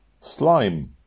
Slime